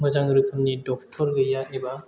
मोजां रोखोमनि डक्ट'र गैया एबा